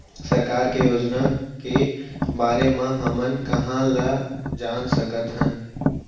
सरकार के योजना के बारे म हमन कहाँ ल जान सकथन?